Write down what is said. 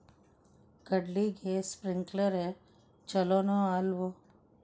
ಕಡ್ಲಿಗೆ ಸ್ಪ್ರಿಂಕ್ಲರ್ ಛಲೋನೋ ಅಲ್ವೋ?